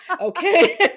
Okay